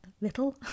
little